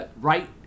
right